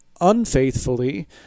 unfaithfully